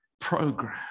program